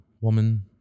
woman